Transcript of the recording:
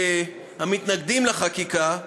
המתנגדים לחקיקה,